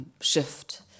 shift